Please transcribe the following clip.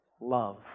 Love